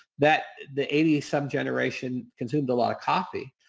that the eighty some generation consumed a lot of coffee.